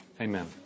Amen